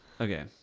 Okay